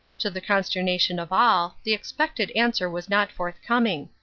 to the consternation of all, the expected answer was not forthcoming.